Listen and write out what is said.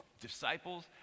disciples